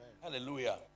Hallelujah